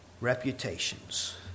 Reputations